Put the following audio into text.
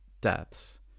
deaths